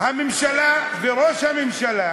הממשלה וראש הממשלה